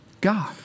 God